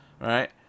Right